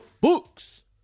books